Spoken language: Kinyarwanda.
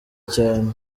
cyane